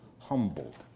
humbled